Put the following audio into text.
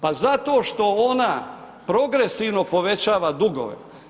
Pa zato što ona progresivno povećava dugove.